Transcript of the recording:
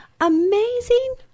Amazing